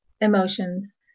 emotions